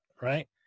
right